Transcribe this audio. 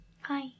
hi